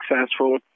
successful